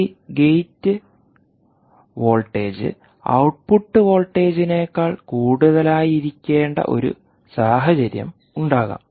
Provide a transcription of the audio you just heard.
ഈ gate voltage output വോൾട്ടേജിനേക്കാൾ കൂടുതലായിരിക്കേണ്ട ഒരു സാഹചര്യം ഉണ്ടാകാം